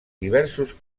diversos